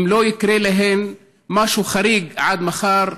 אם לא יקרה משהו חריג עד מחר,